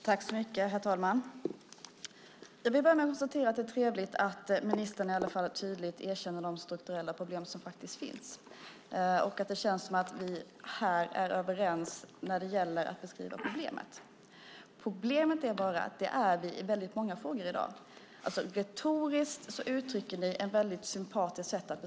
Herr talman! Jag ska börja med att konstatera att det trevligt att ministern i alla fall tydligt erkänner de strukturella problem som faktiskt finns och att det känns som att vi här är överens när det gäller att beskriva problemet. Problemet är bara att vi är överens i väldigt många frågor i dag. Retoriskt beskriver ni problem på ett väldigt sympatiskt sätt.